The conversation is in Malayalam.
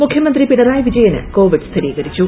മുഖ്യമന്ത്രി പിണറായി വിജയന് കോവിഡ് സ്ഥിരീകരിച്ചു